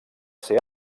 ser